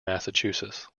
massachusetts